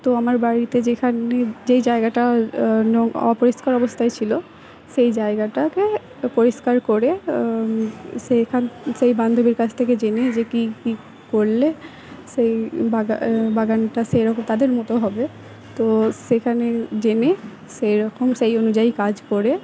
তো আমার বাড়িতে যেখানে যেই জায়গাটা অপরিষ্কার অবস্থায় ছিল সেই জায়গাটাকে পরিষ্কার করে সেইখান সেই বান্ধবীর কাছ থেকে জেনে যে কী কী করলে সেই বাগানটা সেইরকম তাদের মতো হবে তো সেখানে জেনে সেই রকম সেই অনুযায়ী কাজ করে